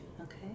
Okay